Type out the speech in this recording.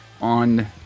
on